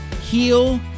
heal